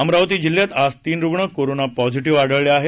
अमरावती जिल्ह्यात आज तीन रुग्ण कोरोना पॉझिटिव्ह आढळले आहेत